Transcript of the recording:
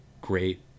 great